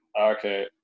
okay